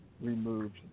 removed